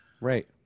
Right